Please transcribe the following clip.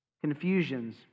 confusions